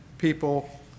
people